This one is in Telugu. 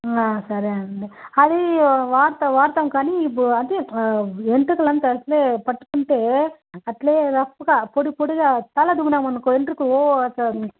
సరే అండి అది వాడతా వాడతాం కానీ ఇప్పుడు అదే వెంట్రుకలు అంతా అసలే పట్టుకుంటే అట్లే రఫ్గా పొడిపొడిగా తల దువ్వినాం అనుకో వెంట్రుకలు